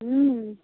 हुँ